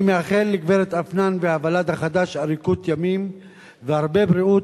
אני מאחל לגברת אפנאן ולוולד החדש אריכות ימים והרבה בריאות,